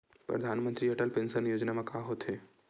परधानमंतरी अटल पेंशन योजना मा का होथे?